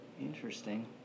Interesting